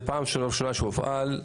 זו הפעם ראשונה שהופעל,